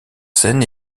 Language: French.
scène